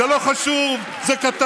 זה לא חשוב, זה קטן.